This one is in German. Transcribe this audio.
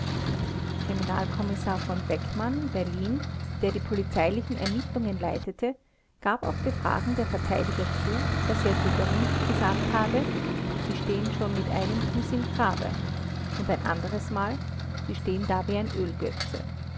kriminalkommissar v bäckmann berlin der die polizeilichen ermittelungen leitete gab auf befragen der verteidiger zu daß er zu domnigk gesagt habe sie stehen schon mit einem fuß im grabe und ein anderes mal sie stehen da wie ein ölgötze